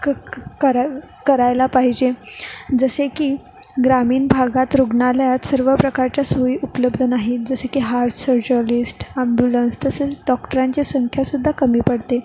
क क करा करायला पाहिजे जसे की ग्रामीण भागात रुग्णालयात सर्व प्रकारच्या सोयी उपलब्ध नाहीत जसे की हार्ट सर्जिओलिस्ट आम्ब्युलन्स तसेच डॉक्टरांची संख्यासुद्धा कमी पडते